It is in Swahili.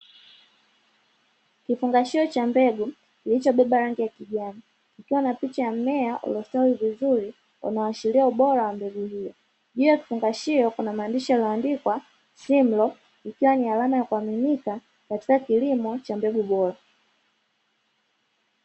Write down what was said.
Kifungashio cha mbegu kilichobeba rangi ya kijani, kikiwa na picha ya mmmea iliyostawi vizuri, unaoashiria ubora wa mbegu hiyo. Juu ya kifungashio kuna maandishi yaliyoandikwa “Simlaw”, likiwa ni alama ya kuaminika katika kilimo cha mbegu bora.